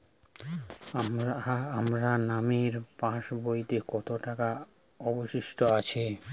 আমার নামের পাসবইতে কত টাকা অবশিষ্ট আছে?